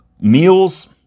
Meals